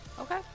Okay